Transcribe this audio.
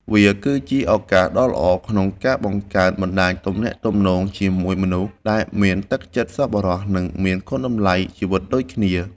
វាគឺជាឱកាសដ៏ល្អក្នុងការបង្កើនបណ្ដាញទំនាក់ទំនងជាមួយមនុស្សដែលមានទឹកចិត្តសប្បុរស និងមានគុណតម្លៃជីវិតដូចគ្នា។